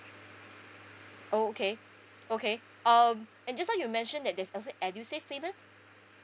oh okay okay um and just now you mentioned that there's also edusave payment